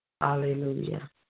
Hallelujah